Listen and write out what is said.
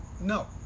No